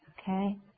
Okay